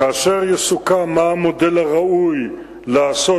כאשר יסוכם מה המודל הראוי לעשות,